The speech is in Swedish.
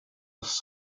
oss